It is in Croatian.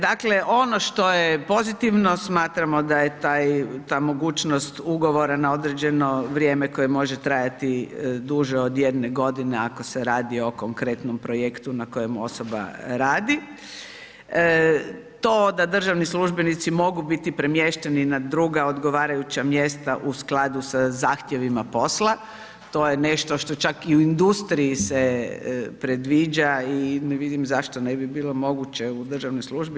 Dakle, ono što je pozitivno smatramo da je ta mogućnost ugovora na određeno vrijeme koje može trajati duže od jedne godine ako se radi o konkretnom projektu na kojem osoba radi, to da državni službenici mogu biti premješteni na druga odgovarajuća mjesta u skladu sa zahtjevima posla, to je nešto što čak i u industriji se predviđa i ne vidim zašto ne bi bilo moguće u državnoj službi.